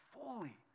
fully